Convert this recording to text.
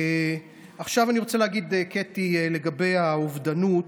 עכשיו אני רוצה להגיד, קטי, לגבי האובדנות.